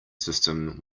system